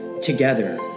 together